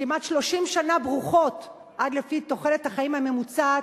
כמעט 30 שנה ברוכות לפי תוחלת החיים הממוצעת,